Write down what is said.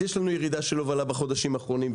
יש לנו ירידה של הובלה בחודשים האחרונים,